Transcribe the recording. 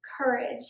courage